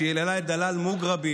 היא היללה את דלאל מוגרבי,